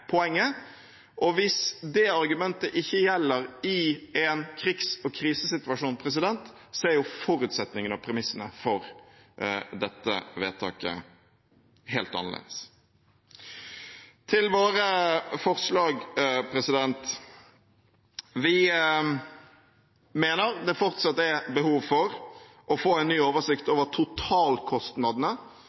poenget, og hvis det argumentet ikke gjelder i en krigs- og krisesituasjon, er jo forutsetningene og premissene for dette vedtaket helt annerledes. Til våre forslag: Vi mener det fortsatt er behov for å få en ny oversikt over totalkostnadene